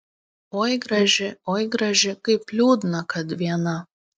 oi graži oi graži kaip liūdna kad viena